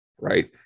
Right